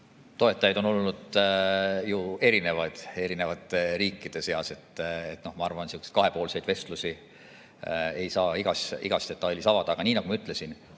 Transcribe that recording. Toetajaid on olnud ju erinevaid eri riikide seas. Ma arvan, et sihukesi kahepoolseid vestlusi ei saa igas detailis avada. Aga nii nagu ma ütlesin,